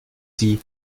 sie